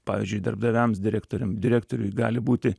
pavyzdžiui darbdaviams direktoriam direktoriui gali būti